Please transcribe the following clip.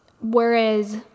Whereas